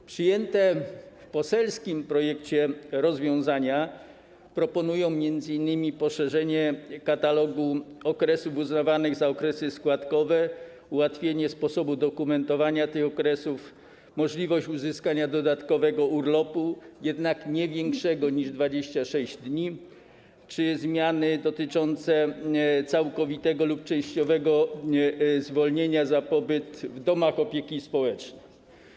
W przyjętych w poselskim projekcie rozwiązaniach proponuje się m.in. poszerzenie katalogu okresów uznawanych za okresy składkowe, ułatwienie sposobu dokumentowania tych okresów, możliwość uzyskania dodatkowego urlopu, jednak nie dłuższego niż 26 dni, czy zmiany dotyczące całkowitego lub częściowego zwolnienia z opłat za pobyt w domach opieki społecznej.